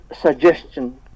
suggestion